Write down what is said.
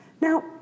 Now